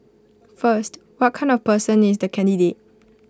first what kind of person is the candidate